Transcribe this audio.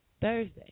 Thursday